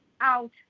out